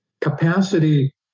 capacity